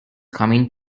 coming